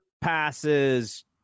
passes